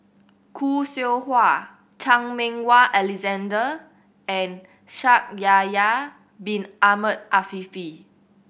Khoo Seow Hwa Chan Meng Wah Alexander and Shaikh Yahya Bin Ahmed Afifi